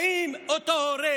האם אותו הורה